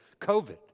COVID